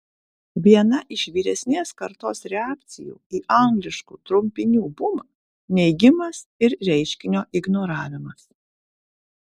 viena iš vyresnės kartos reakcijų į angliškų trumpinių bumą neigimas ir reiškinio ignoravimas